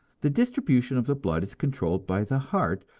the distribution of the blood is controlled by the heart,